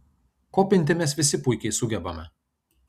kopinti mes visi puikiai sugebame